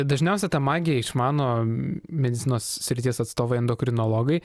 dažniausia tą magiją išmano medicinos srities atstovai endokrinologai